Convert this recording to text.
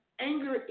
Anger